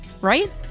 right